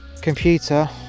computer